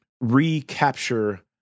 recapture